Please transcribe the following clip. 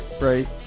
right